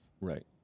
Right